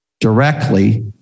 directly